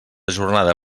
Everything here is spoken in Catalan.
jornada